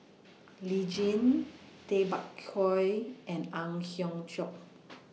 Lee Tjin Tay Bak Koi and Ang Hiong Chiok